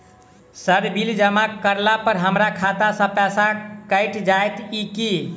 Sir bill जमा करला पर हमरा खाता सऽ पैसा कैट जाइत ई की?